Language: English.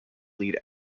lead